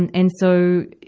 and and so,